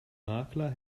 makler